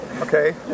Okay